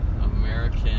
American